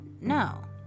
no